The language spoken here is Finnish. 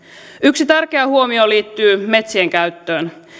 yksi tärkeä huomio liittyy metsien käyttöön